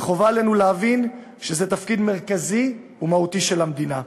וחובה עלינו להבין שזה תפקיד מרכזי ומהותי של המדינה.